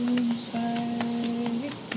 inside